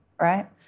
right